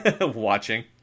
watching